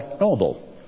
noble